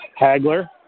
Hagler